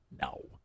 No